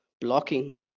blocking